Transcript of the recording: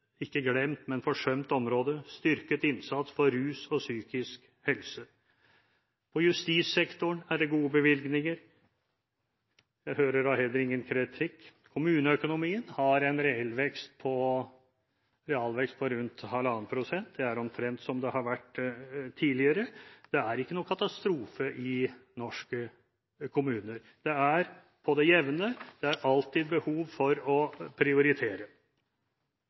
ikke glemt, men forsømt område – styrket innsats innenfor rus og psykisk helse. På justissektoren er det gode bevilgninger. Jeg hører da heller ingen kritikk. Kommuneøkonomien har en realvekst på rundt 1,5 pst. – det er omtrent som det har vært tidligere. Det er ikke noen katastrofe i norske kommuner. Det er på det jevne. Det er alltid behov for å prioritere.